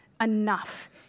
enough